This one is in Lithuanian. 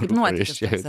kaip nuotykis toks ir